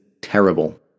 terrible